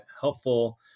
helpful